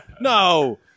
No